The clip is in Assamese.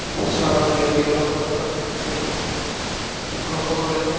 চ ব্যক্তিগত খণ্ডত সেই শিক্ষকসকলে